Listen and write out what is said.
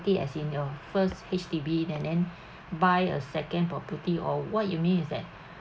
as in your first H_D_B and then buy a second property or what you mean is that